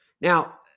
Now